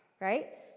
Right